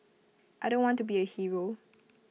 I don't want to be A hero